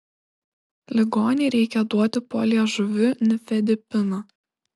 ligonei reikia duoti po liežuviu nifedipino